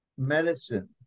medicine